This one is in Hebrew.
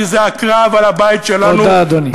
כי זה הקרב על הבית שלנו, תודה, אדוני.